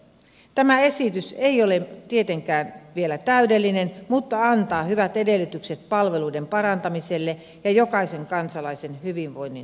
tämä esitys ei ole tietenkään vielä täydellinen mutta antaa hyvät edellytykset palveluiden parantamiselle ja jokaisen kansalaisen hyvinvoinnin turvaamiselle